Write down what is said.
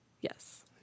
Yes